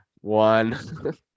one